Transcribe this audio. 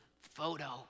photo